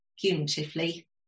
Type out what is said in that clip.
cumulatively